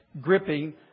gripping